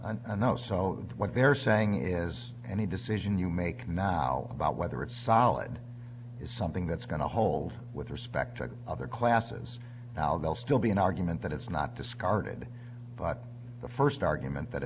and now so what they're saying is any decision you make now about whether it's solid is something that's going to hold with respect to other classes now they'll still be an argument that it's not discarded but the first argument that